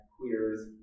queers